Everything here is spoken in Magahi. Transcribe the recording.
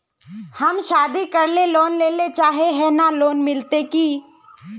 हम शादी करले लोन लेले चाहे है लोन मिलते की?